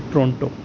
Toronto